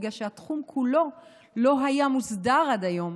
בגלל שהתחום לא מוסדר עד היום.